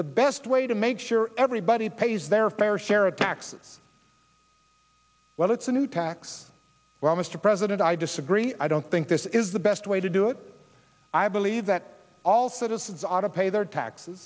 the best way to make sure everybody pays their fair share of taxes well it's a new tax well mr president i disagree i don't think this is the best way to do it i believe that all citizens auto pay their taxes